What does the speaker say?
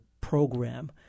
program